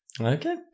Okay